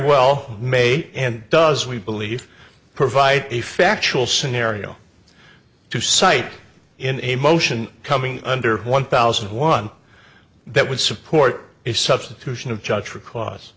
well may and does we believe provide a factual scenario to cite in a motion coming under one thousand one that would support a substitution of judge for c